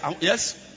yes